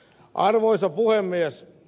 arvoisa puhemies